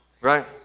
Right